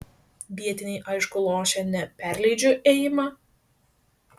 vietiniai aišku lošia ne perleidžiu ėjimą